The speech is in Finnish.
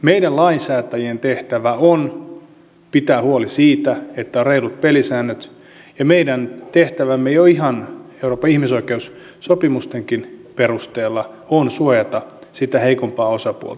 meidän lainsäätäjien tehtävä on pitää huoli siitä että on reilut pelisäännöt ja meidän tehtävämme jo ihan euroopan ihmisoikeussopimustenkin perusteella on suojata sitä heikompaa osapuolta